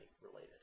related